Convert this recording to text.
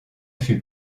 fut